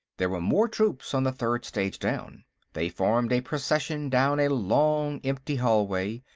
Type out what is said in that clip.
there were more troops on the third stage down they formed a procession down a long empty hallway,